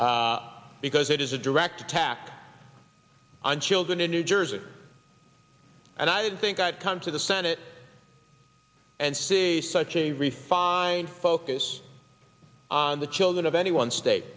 because it is a direct attack on children in new jersey and i didn't think i'd come to the senate and see such a re fine focus on the children of any one state